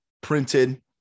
printed